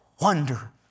wonder